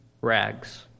rags